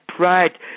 right